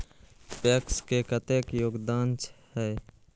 PACS के कतेक योगदान छै?